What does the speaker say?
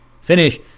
finish